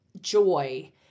joy